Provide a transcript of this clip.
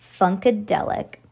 Funkadelic